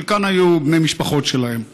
חלקם היו בני משפחות שלהם.